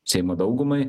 seimo daugumai